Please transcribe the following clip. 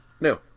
No